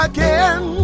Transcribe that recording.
Again